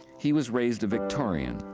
he was raised a victorian,